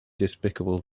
despicable